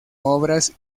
obras